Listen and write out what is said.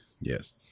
yes